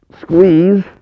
squeeze